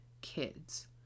kids